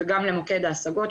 וגם למוקד ההשגות.